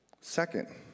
second